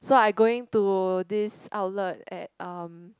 so I going to this outlet at uh